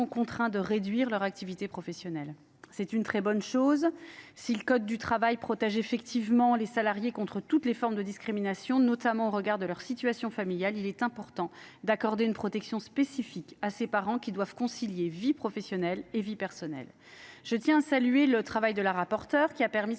contraints de réduire leur activité professionnelle. C’est une très bonne chose. Si le code du travail protège effectivement les salariés contre toutes les formes de discrimination, notamment au regard de leur situation familiale, il est important d’accorder une protection spécifique à ces parents afin qu’ils puissent concilier vie professionnelle et vie personnelle. Je salue le travail de Mme la rapporteure, qui a permis